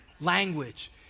language